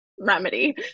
remedy